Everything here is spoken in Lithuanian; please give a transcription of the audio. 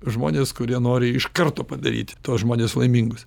žmonės kurie nori iš karto padaryti tuos žmones laimingus